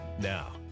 Now